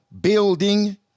building